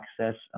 access